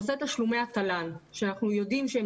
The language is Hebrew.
נושא תשלומי התל"ן שאנחנו יודעים שהם